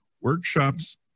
workshops